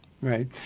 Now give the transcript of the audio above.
Right